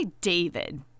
David